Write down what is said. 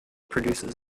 produces